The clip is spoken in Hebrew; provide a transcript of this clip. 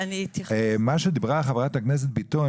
מה שדיברה חברת הכנסת ביטון,